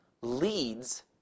leads